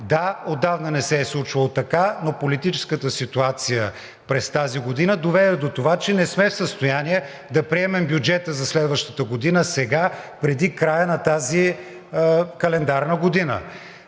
Да, отдавна не се е случвало така, но политическата ситуация през тази година доведе до това, че не сме в състояние да приемем бюджета за следващата година сега, преди края на тази календарна година.